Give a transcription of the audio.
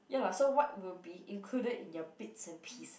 ya lah so what would be included in your bits and piece ah